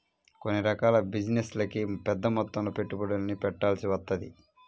కొన్ని రకాల బిజినెస్లకి పెద్దమొత్తంలో పెట్టుబడుల్ని పెట్టాల్సి వత్తది